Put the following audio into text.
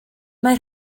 mae